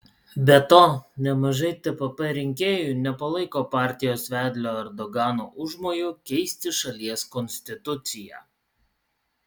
be to nemažai tpp rinkėjų nepalaiko partijos vedlio erdogano užmojų keisti šalies konstituciją